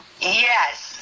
Yes